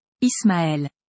Ismaël